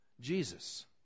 Jesus